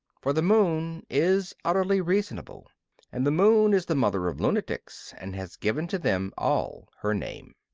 for the moon is utterly reasonable and the moon is the mother of lunatics and has given to them all her name.